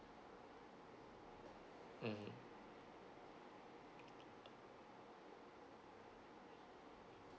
mm